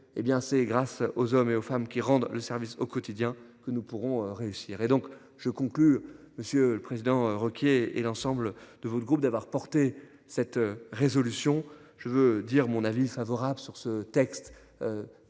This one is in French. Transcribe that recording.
c'est grâce aux hommes et aux femmes qui rendent le service au quotidien, que nous pourrons réussir et donc je conclus Monsieur le Président, Ruquier et l'ensemble de votre groupe d'avoir porté cette résolution. Je veux dire mon avis favorable sur ce texte.